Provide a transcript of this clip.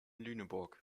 lüneburg